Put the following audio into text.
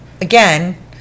Again